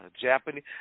Japanese